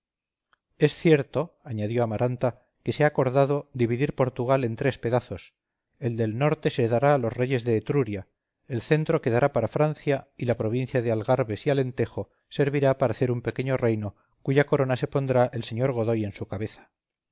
es cierto añadió amaranta que se ha acordado dividir a portugal en tres pedazos el del norte se dará a los reyes de etruria el centro quedará para francia y la provincia de algarbes y alentejo servirá para hacer un pequeño reino cuya corona se pondrá el señor godoy en su cabeza